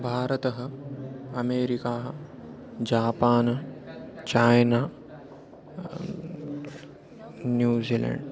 भारतः अमेरिकाः Japan China New Zealand